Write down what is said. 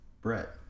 Brett